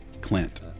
clint